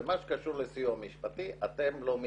במה שקשור לסיוע משפטי אתם לא מתעסקים.